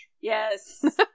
Yes